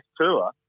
tour